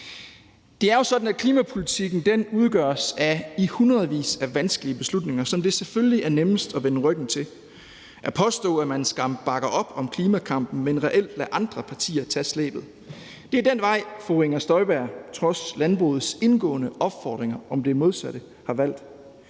Det er jo sådan, at klimapolitikken udgøres af hundredvis af vanskelige beslutninger, som det selvfølgelig er nemmest at vende ryggen til. At påstå, at man skam bakker op om klimakampen, men reelt lader andre partier tage slæbet, er den vej, fru Inger Støjberg trods landbrugets indgående opfordringer om det modsatte har valgt.